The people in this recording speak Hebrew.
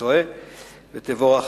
נדמה לי, אם אינני טועה, זה החוק השלישי.